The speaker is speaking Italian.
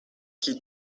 chi